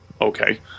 okay